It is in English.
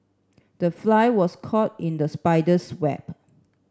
the fly was caught in the spider's web